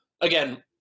again